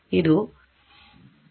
ಇದು ಇದು 1 1 1